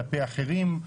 כלפי אחרים,